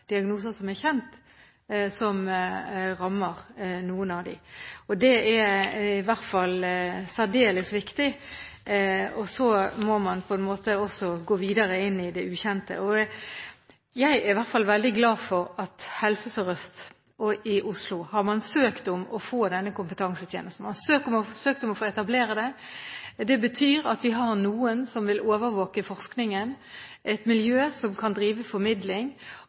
diagnoser som er kjent, som rammer noen av dem. Det er i hvert fall særdeles viktig, og så må man også gå videre inn i det ukjente. Jeg er i hvert fall veldig glad for at man i Helse Sør-Øst og i Oslo har søkt om å få denne kompetansetjenesten, man har søkt om å få etablere den. Det betyr at vi har noen som vil overvåke forskningen, et miljø som kan drive formidling.